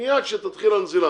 מיד כשתתחיל הנזילה,